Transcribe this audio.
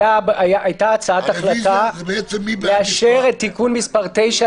הייתה הצעת החלטה לאשר את תיקון מס' 9,